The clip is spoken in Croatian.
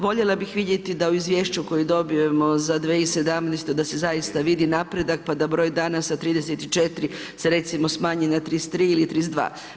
Voljela bih vidjeti da u izvješću koje dobijemo za 2017. da se zaista vidi napredak pa da broj dana sa 34 se recimo smanji na 33 ili 32.